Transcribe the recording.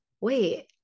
wait